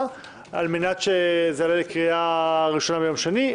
כדי שזה יעלה לקריאה ראשונה ביוןם שני,